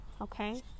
okay